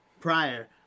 prior